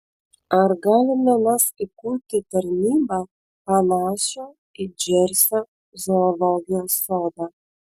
ar galime mes įkurti tarnybą panašią į džersio zoologijos sodą